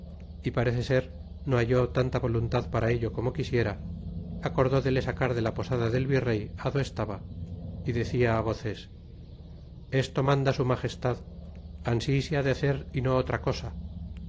y parece ser no halló tanta voluntad para ello como quisiera acordó de le sacar de la posada del virrey do estaba y decia voces esto manda su a finestad ansi se ha de hacer y no otra cosa